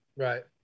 Right